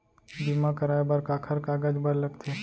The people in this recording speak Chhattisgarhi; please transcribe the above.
बीमा कराय बर काखर कागज बर लगथे?